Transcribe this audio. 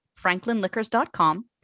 franklinliquors.com